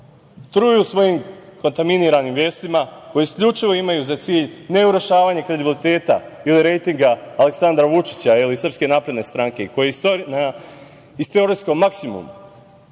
truju svojim kontaminiranim vestima koje isključivo imaju za cilj ne urušavanje kredibiliteta ili rejtinga Aleksandra Vučića ili SNS koja stoji na istorijskom maksimumu,